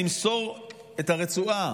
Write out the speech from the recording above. למסור את הרצועה,